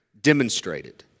demonstrated